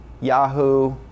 Yahoo